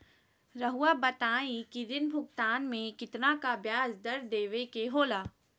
रहुआ बताइं कि ऋण भुगतान में कितना का ब्याज दर देवें के होला?